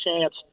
chance